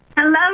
Hello